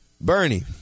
Bernie